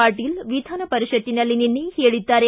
ಪಾಟೀಲ ವಿಧಾನಪರಿಷತ್ನಲ್ಲಿ ನಿನ್ನೆ ಹೇಳಿದ್ದಾರೆ